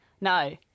No